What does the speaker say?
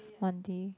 one day